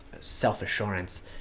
self-assurance